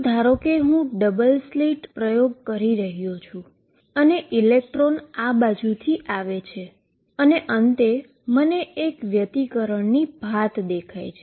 તો ધારો કે હું ડબલ સ્લિટ પ્રયોગ કરી રહ્યો છું અને ઇલેક્ટ્રોન આ બાજુથી આવે છે અને અંતે મને એક ઈન્ટરફીઅરન્સની પેટર્ન દેખાય છે